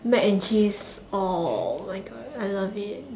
mac and cheese oh my god I love it